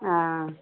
ஆ ஆ